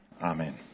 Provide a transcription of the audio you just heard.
Amen